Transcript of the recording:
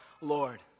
Lord